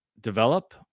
develop